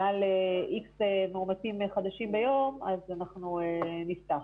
מעל X מאומתים חדשים ביום אז אנחנו נפתח.